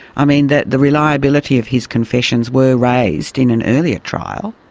i mean, the the reliability of his confessions were raised in an earlier trial.